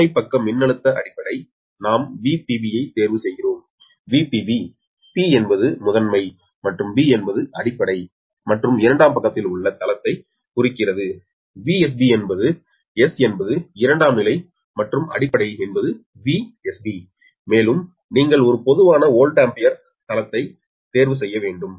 முதன்மை பக்க மின்னழுத்த அடிப்படை நாம் VpB ஐ தேர்வு செய்கிறோம் VpB 'p' என்பது முதன்மை மற்றும் 'B' என்பது அடிப்படை மற்றும் இரண்டாம் பக்கத்தில் உள்ள தளத்தை குறிக்கிறது VsB என்பது 'S' என்பது இரண்டாம் நிலை மற்றும் அடிப்படை எனவே VsB மேலும் நீங்கள் ஒரு பொதுவான வோல்ட் ஆம்பியர் தளத்தை தேர்வு செய்ய வேண்டும்